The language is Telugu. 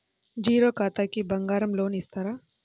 జీరో ఖాతాకి బంగారం లోన్ ఇస్తారా?